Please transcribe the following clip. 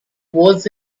was